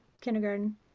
kindergarten